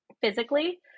physically